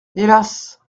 hélas